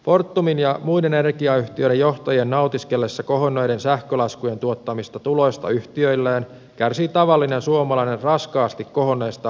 fortumin ja muiden energiayhtiöiden johtajien nautiskellessa kohonneiden sähkölaskujen tuottamista tuloista yhtiöilleen kärsii tavallinen suomalainen raskaasti kohonneista energiakustannuksista